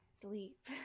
sleep